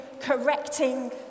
correcting